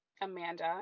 Amanda